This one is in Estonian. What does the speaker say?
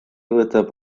võtab